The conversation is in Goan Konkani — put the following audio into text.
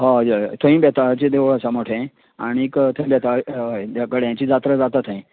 हय हय थंय बेताळाचें देवूळ आसा मोठें आनीक थंय बेताळाक हय ह्या गड्यांची जात्रा जाता थंय